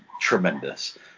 tremendous